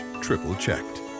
triple-checked